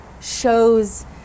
shows